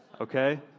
Okay